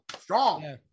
strong